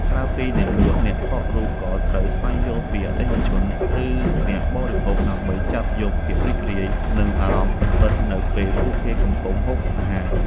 ក្រៅពីអ្នកលក់ អ្នកថតរូបក៏ត្រូវស្វែងយល់ពី អតិថិជន ឬអ្នកបរិភោគ ដើម្បីចាប់យកភាពរីករាយ និងអារម្មណ៍ពិតៗនៅពេលពួកគេកំពុងហូបអាហារ។